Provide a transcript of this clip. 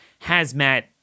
hazmat